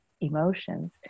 emotions